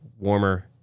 warmer